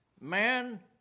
Man